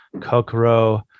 Kokoro